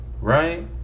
Right